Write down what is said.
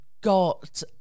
got